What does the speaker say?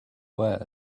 word